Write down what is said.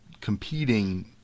competing